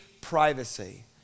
privacy